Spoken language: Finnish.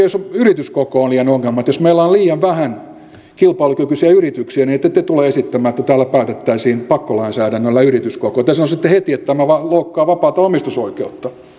jos yrityskoko on ongelma jos meillä on liian vähän kilpailukykyisiä yrityksiä niin ette te tule esittämään että täällä päätettäisiin pakkolainsäädännöllä yrityskoko te sanoisitte heti että tämä loukkaa vapaata omistusoikeutta